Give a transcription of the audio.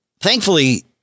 Thankfully